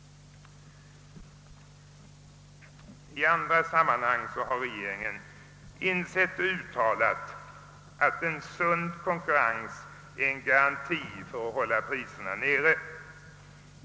I andra sammanhang har regeringen insett och uttalat att en sund konkurrens är en garanti för att hålla priserna nere.